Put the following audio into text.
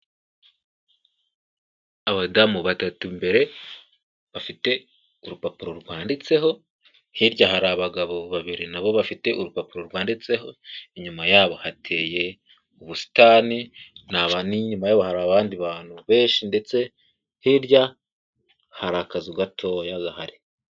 Abadamu batatu imbere bafite urupapuro rwanditseho, hirya hari abagabo babiri nabo bafite urupapuro rwanditseho, inyuma yabo hateye ubusitani, ni abantu n'inyuma hari abandi bantu benshi ndetse hirya hari akazu gatoya gahari.